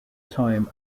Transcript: time